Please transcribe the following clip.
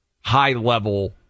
high-level